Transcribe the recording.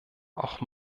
auch